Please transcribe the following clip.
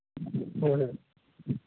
ᱦᱮᱸ ᱦᱮᱸ